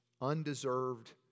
undeserved